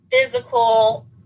physical